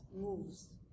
moves